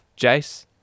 Jace